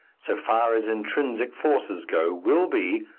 so far as intrinsic forces go, will be,